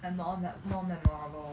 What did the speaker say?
a more me~ more memorable